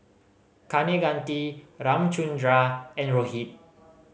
Kaneganti Ramchundra and Rohit